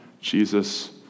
Jesus